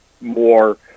more